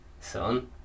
son